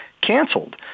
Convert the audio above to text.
canceled